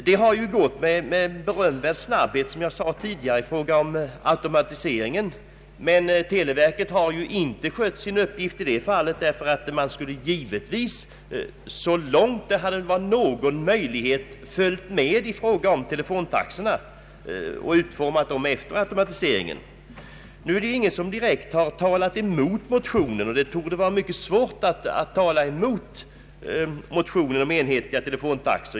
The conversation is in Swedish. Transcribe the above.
Som jag tidigare sade har automatiseringen gått med berömvärd snabbhet, men televerket har beträffande taxorna inte skött sin uppgift. Man skulle givetvis, så långt det hade varit möjligt, följt med i fråga om telefontaxorna och utformat dem efter automatise ringen. Ingen har direkt talat mot motionen om enhetliga telefontaxor — och det torde vara mycket svårt att göra det.